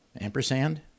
ampersand